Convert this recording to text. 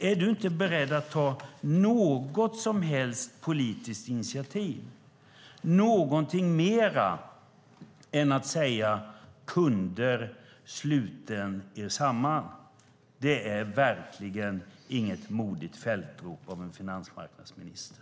Är du inte beredd att ta något som helst politiskt initiativ? Du säger inte någonting mer än: Kunder, sluten er samman! Det är verkligen inget modigt fältrop av en finansmarknadsminister.